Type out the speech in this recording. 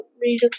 read